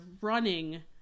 running